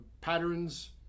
patterns